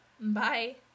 Bye